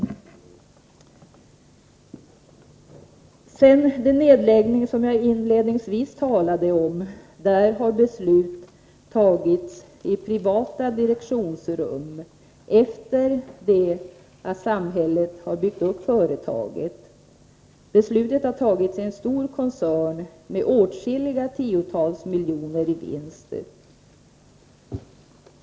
I fråga om den nedläggning som jag inledningsvis talade om har beslutet fattats i privata direktionsrum, efter det att samhället har byggt upp företaget. Beslutet har fattats i en stor koncern med åtskilliga tiotals miljoner i vinst.